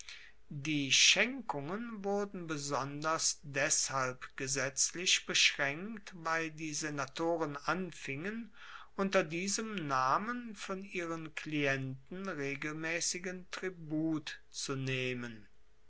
die schenkungen wurden besonders deshalb gesetzlich beschraenkt weil die senatoren anfingen unter diesem namen von ihren klienten regelmaessigen tribut zu nehmen